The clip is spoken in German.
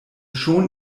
schon